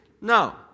No